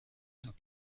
and